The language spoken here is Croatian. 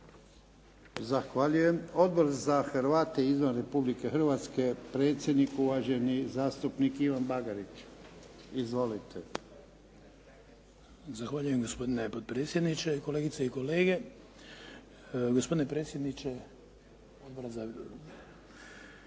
Zahvaljujem. Odbor za Hrvate izvan Republike Hrvatske, predsjednik uvaženi zastupnik Ivan Bagarić. Izvolite. **Bagarić, Ivan (HDZ)** Zahvaljujem gospodine potpredsjedniče, kolegice i kolege, gospodine predsjedniče Nacionalne